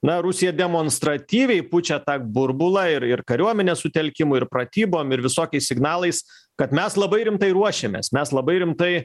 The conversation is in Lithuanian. na rusija demonstratyviai pučia tą burbulą ir ir kariuomenės sutelkimu ir pratybom ir visokiais signalais kad mes labai rimtai ruošiamės mes labai rimtai